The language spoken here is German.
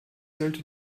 sollte